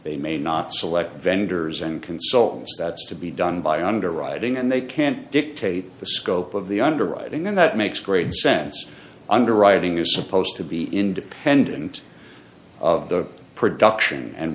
they may not select vendors and consultants that's to be done by underwriting and they can't dictate the scope of the underwriting and that makes great sense underwriting is supposed to be independent of the production and